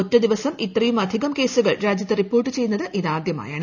ഒറ്റ ദിവസം ഇത്രയുമധികം കേസുകൾ രാജ്യത്ത് റിപ്പോർട്ട് ചെയ്യുന്നത് ഇതാദ്യമായാണ്